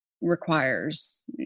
requires